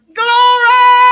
glory